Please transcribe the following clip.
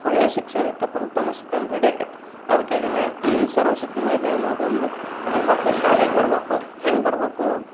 ಒಳ್ಳೆ ಶಿಕ್ಷಣ ಇತ್ತಪ್ಪ ಅಂದ್ರೆ ತನ್ನಷ್ಟಕ್ಕೆ ತಾನೇ ರೆಡಿ ಆಕೈತಿ ಅದಕ್ಕಾಗಿಯೇ ಸರ್ವ ಶಿಕ್ಷಣ ಅಭಿಯಾನ ಅದು ಒಂದು ಆಮೇಲೆ ಮಕ್ಳು ಶಾಲೆಗೆ ಬರ್ಬೇಕು ಹೆಂಗೆ ಬರ್ಬೇಕು